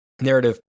narrative